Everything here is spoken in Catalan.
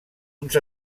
uns